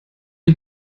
ich